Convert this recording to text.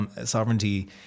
sovereignty